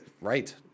Right